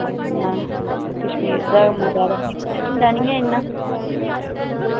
आं कशमीर दा मंगवाए दा होंदा नी ऐ इन्ना